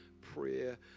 prayer